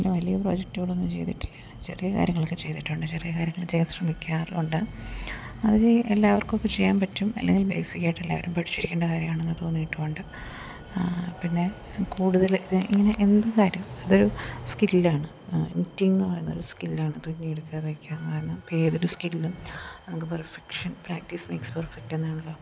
പിന്നെ വലിയ പ്രൊജക്റ്റുകളൊന്നും ചെയ്തിട്ടില്ല ചെറിയ കാര്യങ്ങളൊക്കെ ചെയ്തിട്ടുണ്ട് ചെറിയ കാര്യങ്ങൾ ചെയ്യാൻ ശ്രമിക്കാറും ഉണ്ട് അത് ചെയ്ത് എല്ലാവർക്കുമൊക്കെ ചെയ്യാൻപറ്റും അല്ലെങ്കിൽ ബേസിക്കായിട്ട് എല്ലാവരും പഠിച്ചിരിക്കേണ്ട കാര്യമാണെന്ന് തോന്നിയിട്ടുമുണ്ട് പിന്നെ കൂടുതൽ ഇത് ഇങ്ങനെ എന്തു കാര്യവും അതൊരു സ്കില്ലാണ് ഇമിറ്റിംഗ് പറയുന്നതൊരു സ്കില്ലാണ് തുന്നിയെടുക്കുക തയ്ക്കുകയെന്ന് പറയുന്നത് ഇപ്പം ഏതൊരു സ്കില്ലും നമുക്ക് പെർഫെക്ഷൻ പ്രാക്റ്റീസ് മേയ്ക്സ് പെർഫെക്റ്റെന്നാണല്ലോ